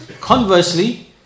conversely